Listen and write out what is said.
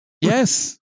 Yes